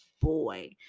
boy